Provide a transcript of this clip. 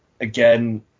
again